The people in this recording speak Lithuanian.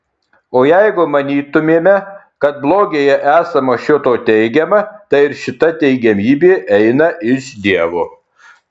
o jeigu manytumėme kad blogyje esama šio to teigiama tai ir šita teigiamybė eina iš dievo